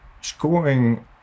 Scoring